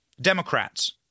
Democrats